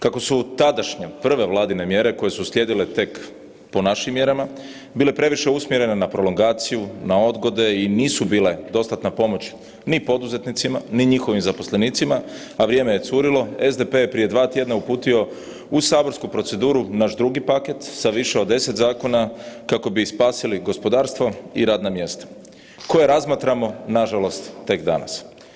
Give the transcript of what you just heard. Kako su tadašnje prve Vladine mjere koje su uslijedile tek po našim mjerama, bile previše usmjerene na prolongaciju, na odgode i nisu bile dostatna pomoć ni poduzetnicima, ni njihovim zaposlenicima, a vrijeme je curilo, SDP je prije dva tjedna uputio u saborsku proceduru naš drugi paket sa više od 10 zakona kako bi spasili gospodarstvo i radna mjesta, koja razmatramo nažalost tek danas.